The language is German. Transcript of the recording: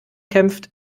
kämpft